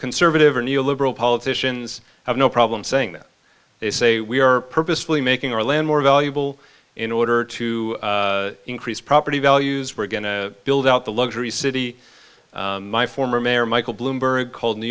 conservative and liberal politicians have no problem saying that they say we are purposefully making our land more valuable in order to increase property values we're going to build out the luxury city my former mayor michael bloomberg called new